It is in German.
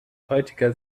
heutiger